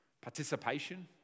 Participation